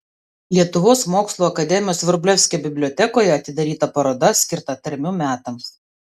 lietuvos mokslų akademijos vrublevskio bibliotekoje atidaryta paroda skirta tarmių metams